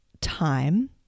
time